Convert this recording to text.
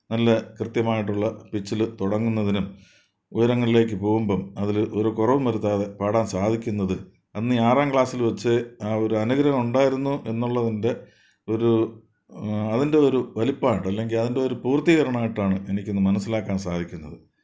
നല്ല കൃത്യമായിട്ടുള്ള പിച്ചിൽ തുടങ്ങുന്നതിനും ഉയരങ്ങളിലേക്ക് പോവുമ്പം അതിൽ ഒരു കുറവും വരുത്താതെ പാടാൻ സാധിക്കുന്നത് അന്ന് ഈ ആറാം ക്ലാസ്സിൽ വെച്ച് ആ ഒരു അനുഗ്രഹം ഉണ്ടായിരുന്നു എന്നുള്ളതിൻ്റെ ഒരു അതിൻ്റെ ഒരു വലുപ്പമായിട്ടാണ് ഇല്ലെങ്കിൽ അതിൻ്റെ ഒരു പൂർത്തീകരണമായിട്ടാണ് എനിക്കിന്ന് മനസ്സിലാക്കാൻ സാധിക്കുന്നത്